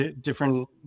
different